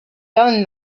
done